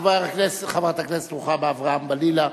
חברת הכנסת רוחמה אברהם-בלילא,